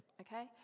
okay